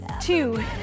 two